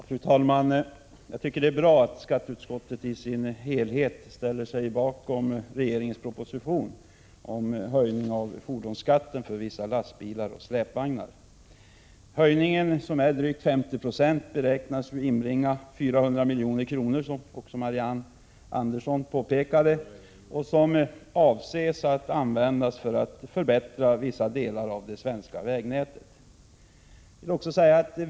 Fru talman! Jag tycker det är bra att skatteutskottet i sin helhet ställer sig bakom regeringens proposition om höjning av fordonsskatten för vissa lastbilar och släpvagnar. Höjningen, som är drygt 50 96, beräknas inbringa 400 milj.kr., vilket också Marianne Andersson påpekade. De avses användas för att förbättra vissa delar av det svenska vägnätet.